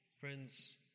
Friends